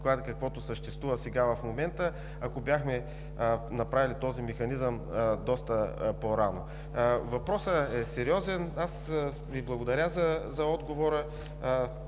каквото съществува сега в момента, ако бяхме направили този механизъм доста по-рано. Въпросът е сериозен. Аз Ви благодаря за отговора.